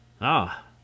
Ah